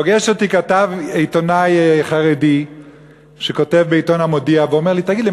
פוגש אותי עיתונאי חרדי שכותב בעיתון "המודיע" ואומר לי: תגיד לי,